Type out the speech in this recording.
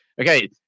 Okay